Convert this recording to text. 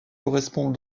correspond